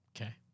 Okay